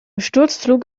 sturzflug